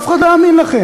אף אחד לא יאמין לכם.